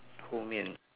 后面